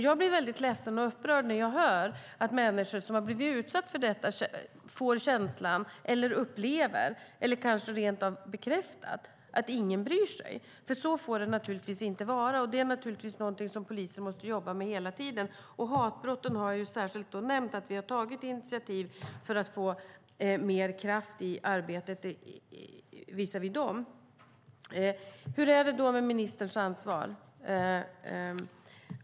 Jag blir väldigt ledsen och upprörd när jag hör att människor som har blivit utsatta för detta upplever, eller kanske rent av får bekräftat, att ingen bryr sig. Så får det naturligtvis inte vara, och det är något polisen hela tiden måste jobba med. Jag har särskilt nämnt hatbrotten och att vi har tagit initiativ för att få mer kraft i arbetet visavi dem. Hur är det då med ministerns ansvar?